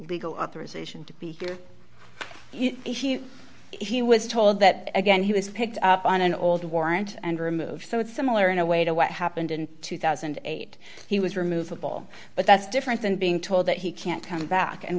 legal authorization to be here he was told that again he was picked up on an old warrant and removed so it's similar in a way to what happened in two thousand and eight he was removable but that's different than being told that he can't come back and